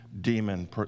demon